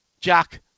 Jack